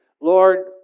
Lord